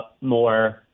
more